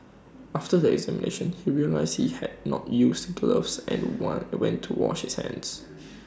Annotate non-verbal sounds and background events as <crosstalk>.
after the examination he realised he had not used gloves and want went to wash his hands <noise>